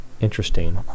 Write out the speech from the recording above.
interesting